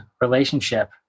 relationship